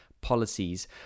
policies